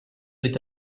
with